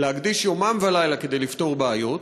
להקדיש יומם ולילה כדי לפתור בעיות.